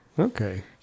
okay